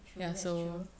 true that's true